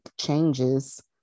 changes